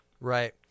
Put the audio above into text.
Right